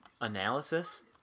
analysis